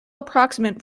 approximant